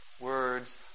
words